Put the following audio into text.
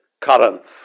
Currents